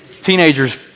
teenagers